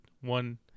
one